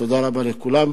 תודה רבה לכולם.